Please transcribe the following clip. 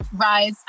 rise